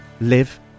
live